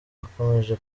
akomeje